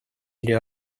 или